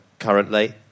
currently